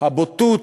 הבוטות,